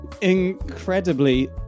incredibly